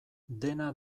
dena